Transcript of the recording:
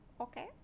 okay